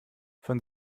von